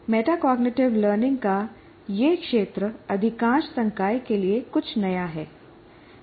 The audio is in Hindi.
मेटाकॉग्निटिव लर्निंग का यह क्षेत्र अधिकांश संकाय के लिए कुछ नया है